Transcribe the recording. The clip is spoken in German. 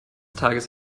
tages